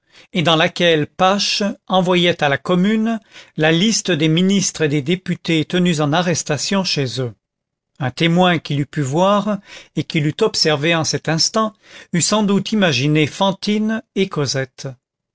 et dans laquelle pache envoyait à la commune la liste des ministres et des députés tenus en arrestation chez eux un témoin qui l'eût pu voir et qui l'eût observé en cet instant eût sans doute imaginé fantine et cosette